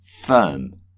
firm